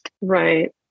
Right